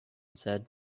said